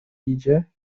idzie